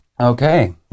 Okay